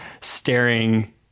staring